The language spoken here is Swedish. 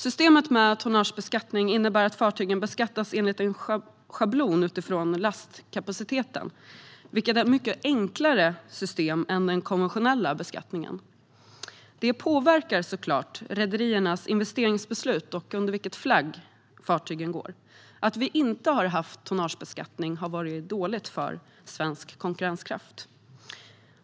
Systemet med tonnagebeskattning innebär att fartygen beskattas enligt en schablon utifrån lastkapacitet, vilket är ett mycket enklare system än den konventionella beskattningen. Det påverkar såklart rederiernas investeringsbeslut och under vilken flagg fartygen går. Att vi inte har haft tonnagebeskattning har varit dåligt för svensk konkurrenskraft.